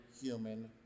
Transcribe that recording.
human